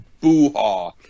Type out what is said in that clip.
boo-haw